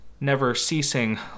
never-ceasing